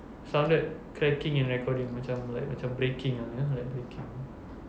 sounded cracking in recording <malay macam like macam breaking ah you know like breaking